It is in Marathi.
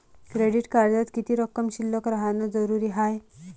क्रेडिट कार्डात किती रक्कम शिल्लक राहानं जरुरी हाय?